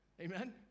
Amen